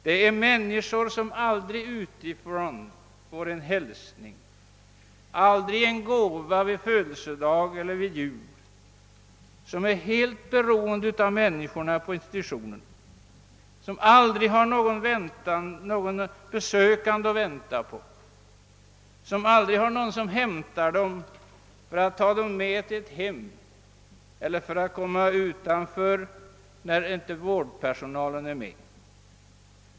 Det är människor som aldrig får en hälsning utifrån, aldrig utifrån får en gåva på födelsedagar eller vid jul, som är helt beroende av människorna på institutionen, som aldrig har någon besökande att vänta på, aldrig har någon som hämtar dem för att ta dem med till sitt hem och det är människor som aldrig får komma utanför sjukhusområdet när inte personalen är med.